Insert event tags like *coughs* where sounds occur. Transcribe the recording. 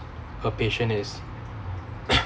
a patient is *coughs*